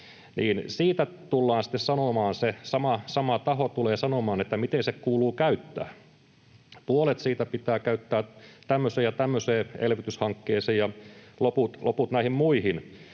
taho tulee sanomaan — miten ne kuuluu käyttää: puolet pitää käyttää tämmöiseen ja tämmöiseen elvytyshankkeeseen ja loput näihin muihin.